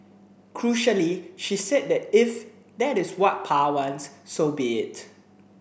crucially she said that if that is what Pa wants so be it